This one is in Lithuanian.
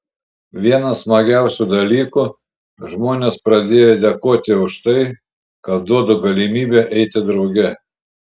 vienas smagiausių dalykų žmonės pradėjo dėkoti už tai kad duodu galimybę eiti drauge